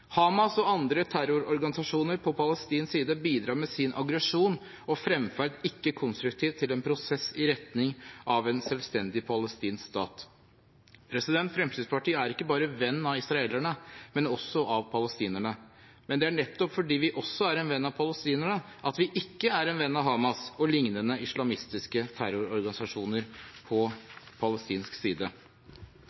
Hamas og andre terrororganisasjoner på palestinsk side bidrar med sin aggresjon og fremferd ikke konstruktivt til en prosess i retning av en selvstendig palestinsk stat. Fremskrittspartiet er ikke bare venn av israelerne, men også venn av palestinerne. Men det er nettopp fordi vi også er en venn av palestinerne at vi ikke er en venn av Hamas og lignende islamistiske terrororganisasjoner på palestinsk side.